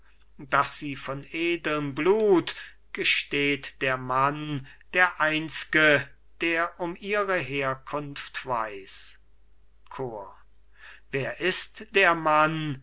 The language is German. daß sie von edelm blut gesteht der mann der einz'ge der um ihre herkunft weiß chor cajetan wer ist der mann